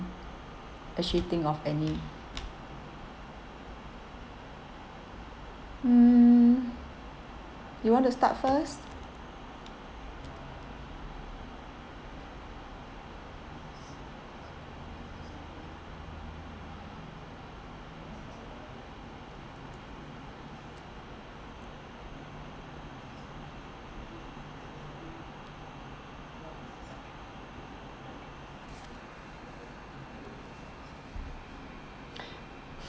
actually think of any mm you want to start first